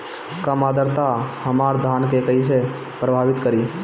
कम आद्रता हमार धान के कइसे प्रभावित करी?